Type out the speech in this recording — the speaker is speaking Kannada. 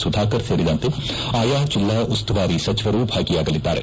ಸುಧಾಕರ್ ಸೇರಿದಂತೆ ಆಯಾ ಜಿಲ್ಲಾ ಉಸ್ತುವಾರಿ ಸಚಿವರು ಭಾಗಿಯಾಗಲಿದ್ದಾರೆ